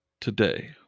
today